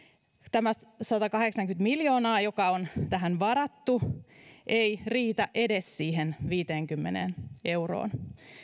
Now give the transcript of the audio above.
tämä satakahdeksankymmentä miljoonaa joka on tähän varattu ei riitä edes siihen viiteenkymmeneen euroon